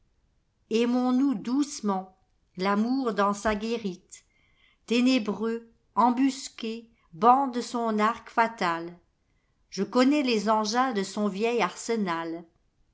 aimons-nous doucement l'amour dans sa guérite ténébreux embusqué bande son arc fatal je connais les engins de son vieil arsenal